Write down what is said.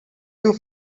you